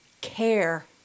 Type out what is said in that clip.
care